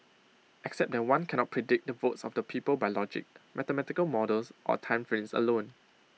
except that one cannot predict the votes of the people by logic mathematical models or time frames alone